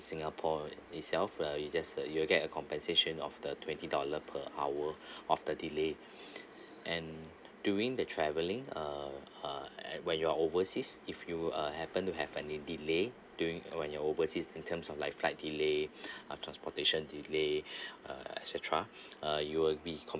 singapore itself uh you just uh you'll get a compensation of the twenty dollar per hour of the delay and during the travelling uh and when you're overseas if you uh happen to have any delay during when you're overseas in terms of like flight delay uh transportation delay uh et cetera uh you'll be